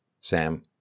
Sam